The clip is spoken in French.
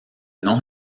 nom